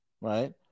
right